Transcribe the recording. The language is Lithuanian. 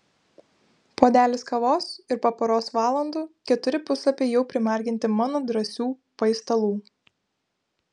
puodelis kavos ir po poros valandų keturi puslapiai jau primarginti mano drąsių paistalų